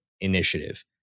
initiative